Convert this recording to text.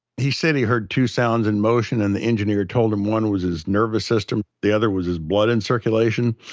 he said he heard two sounds in motion and the engineer told him one was his nervous system, the other was his blood in circulation.